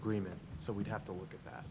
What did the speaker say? agreement so we'd have to look at that